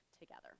together